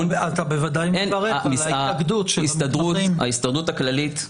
אז אתה בוודאי מברך על ההתאגדות של --- ההסתדרות הכללית,